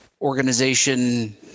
organization